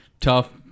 tough